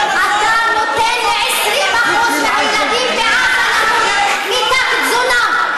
אתה נותן ל-20% מהילדים בעזה למות מתת-תזונה.